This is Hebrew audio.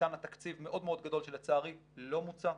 ניתן לה תקציב מאוד מאוד גדול שלצערי לא מוצה,